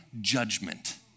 judgment